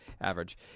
average